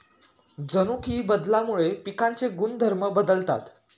जनुकीय बदलामुळे पिकांचे गुणधर्म बदलतात